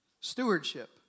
Stewardship